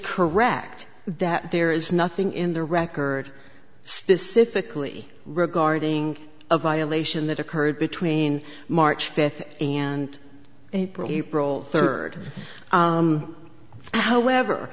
correct that there is nothing in the record specifically regarding a violation that occurred between march fifth and april april third however